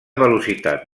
velocitat